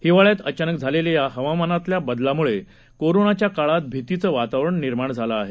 हिवाळ्यात अचानक झालेल्या या हवामानातील बदलामुळे कोरोनाच्या काळात भीतीचे वातावरण निर्माण झाले आहे